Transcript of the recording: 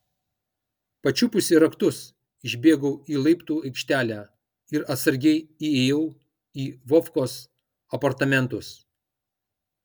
pačiupusi raktus išbėgau į laiptų aikštelę ir atsargiai įėjau į vovkos apartamentus